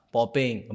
Popping